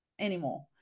anymore